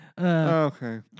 Okay